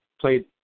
played